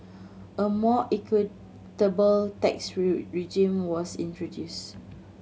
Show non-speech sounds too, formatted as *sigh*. a more equitable tax *unintelligible* regime was introduced